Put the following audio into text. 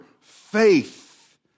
faith